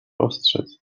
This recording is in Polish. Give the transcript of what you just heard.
ostrzec